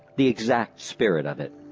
the exact spirit of it